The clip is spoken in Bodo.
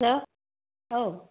हेल' औ